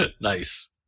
Nice